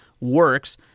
works